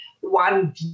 one